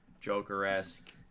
Joker-esque